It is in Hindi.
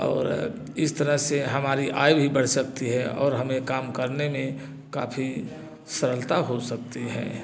और इस तरह से हमारी आय भी बढ़ सकती है और हमें काम करने में काफ़ी सरलता हो सकती है